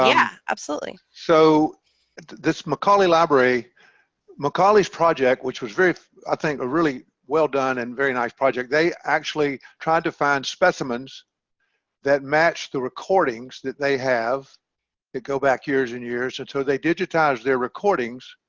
yeah absolutely, so this mccauley library macaulay's project which was very i think a really well done and very nice project. they actually tried to find specimens that match match the recordings that they have that go back years and years and so they digitized their recordings